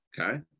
Okay